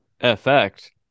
effect